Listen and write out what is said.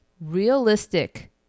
realistic